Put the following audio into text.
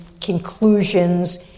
conclusions